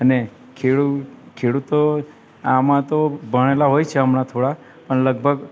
અને ખેડૂત ખેડૂતો આમાં તો ભણેલા હોય છે હમણાં થોડા પણ લગભગ